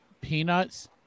peanuts